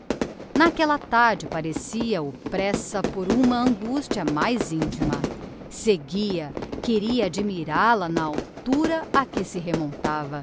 n'aquella tarde parecia oppressa por uma angustia mais intima segui-a queria admiral a na altura a que se remontava